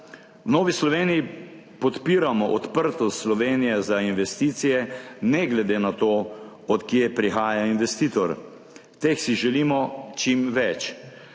Novi Sloveniji podpiramo odprtost Slovenije za investicije, ne glede na to od kje prihaja investitor. Teh si želimo čim več.